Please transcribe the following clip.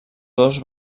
dos